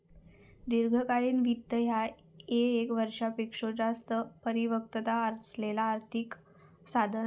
दीर्घकालीन वित्त ह्या ये क वर्षापेक्षो जास्त परिपक्वता असलेला कोणताही आर्थिक साधन असा